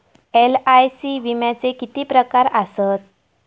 LIC विम्याचे किती प्रकार आसत?